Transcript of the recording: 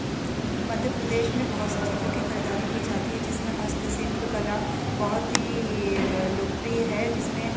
मध्यप्रदेश में बहुत सी चीज़ों की खरीदारी की जाती है जिसमें हस्तशिल्प कला बहुत ही लोकप्रिय है जिसमें